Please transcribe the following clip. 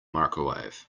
microwave